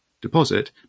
deposit